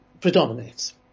predominates